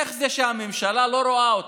איך זה שהממשלה לא רואה אותם?